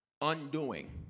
undoing